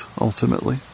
ultimately